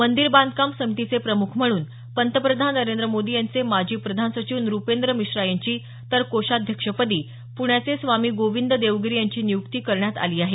मंदीर बांधकाम समितीचे प्रम्ख म्हणून पंतप्रधान नरेंद्र मोदी यांचे माजी प्रधान सचिव नुपेंद्र मिश्रा यांची तर कोषाध्यक्षपदी पुण्याचे स्वामी गोविंद देवगिरी यांची नियुक्ती करण्यात आली आहे